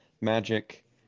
magic